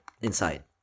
inside